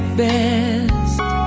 best